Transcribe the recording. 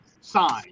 signed